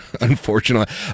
unfortunately